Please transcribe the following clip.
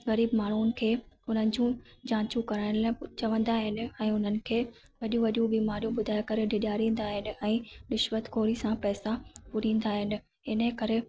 ग़रीबु माण्हुनि खे उन्हनि जूं जाचूं कराइण लाइ चवंदा आहिनि ऐं उन्हनि खे वॾियूं वॾियूं बीमारियूं ॿुधाए करे डिॼारींदा आहिनि ऐं रिश्वतख़ोरी सां पैसा फ़ुरींदा आहिनि इने करे